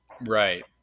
Right